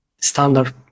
standard